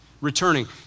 Returning